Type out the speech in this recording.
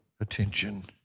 attention